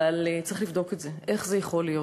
אבל צריך לבדוק את זה, איך זה יכול להיות.